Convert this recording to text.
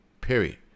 Period